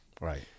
Right